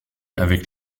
avec